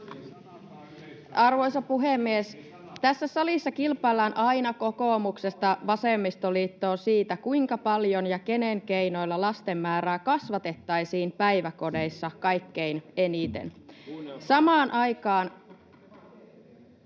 Arvoisa puhemies! Tässä salissa kilpaillaan aina kokoomuksesta vasemmistoliittoon siitä, kuinka paljon ja kenen keinoilla lasten määrää kasvatettaisiin päiväkodeissa kaikkein eniten. [Hälinää